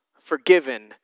forgiven